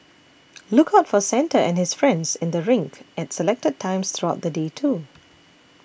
look out for Santa and his friends in the rink at selected times throughout the day too